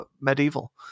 medieval